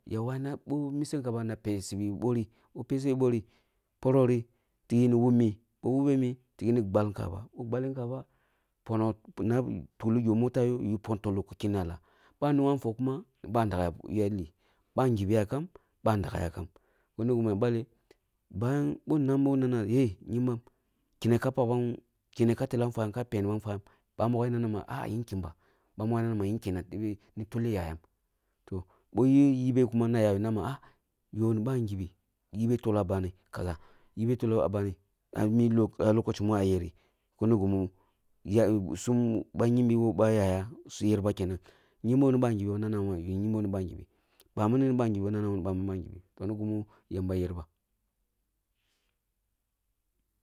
Ya wawina boh mise nkaba na pesibi bori, bi pesibi bori, poroh ri tighi ni wumi bu wube mi boh wubemi, tigi nigbalnkaba boh gb’alleh nkaba, ponoh ko yukhijo moto yoh ku yu pon toloh ki khena lafi ba nigha ah foh kuma, badagha ya li, bagisi yakam, badagha yakam kini gimi ya balleh na kyembam heh, kyembam kenneh ka pakbam kenne ka tellah fwa yam ka peni fwa yam, bibogh ya nana ma ahah yin kenba, babogho ma ha yirin kenna tebe ni titeh yaym. Toh, biya yibe kuma na yayoh neh mah ah, yoh ni bajibi yibeh foloh ah bani kaʒa, yibe folloh a bani ah mi lokoci ah lokoci ma yeru kini gimi sum bakyembi ko ba yaya su yer kamba kenang, kyembo ni bajibii ba na na wuni ba ni bajibi toh ni gumu yamba yerba.